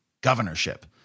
governorship